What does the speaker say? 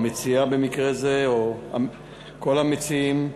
המציעה במקרה זה או כל המציעים,